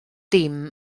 dim